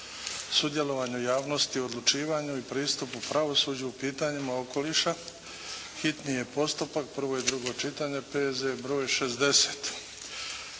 sudjelovanju javnosti u odlučivanju i pristupu pravosuđu u pitanjima okoliša, hitni postupak, prvo i drugo čitanje, P.Z.E. br. 60